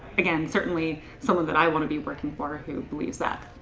again, certainly someone that i want to be working for, who believes that.